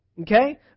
Okay